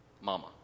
Mama